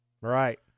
Right